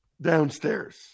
downstairs